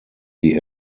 die